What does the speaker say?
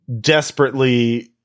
desperately